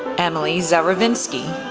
emily zaruvinsky.